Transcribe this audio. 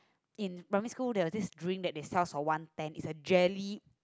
in primary school there was this drink that they sell for one ten is a jelly